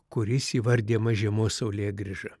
kuris įvardijamas žiemos saulėgrįža